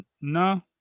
no